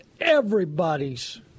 everybody's